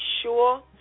sure